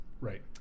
Right